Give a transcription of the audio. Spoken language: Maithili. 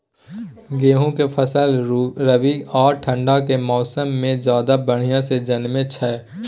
गेहूं के फसल रबी आ ठंड के मौसम में ज्यादा बढ़िया से जन्में छै?